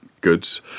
goods